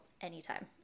anytime